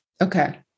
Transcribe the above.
Okay